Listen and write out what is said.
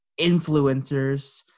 influencers